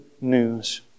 news